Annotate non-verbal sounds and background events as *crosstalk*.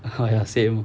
*laughs* oh ya same